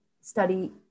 study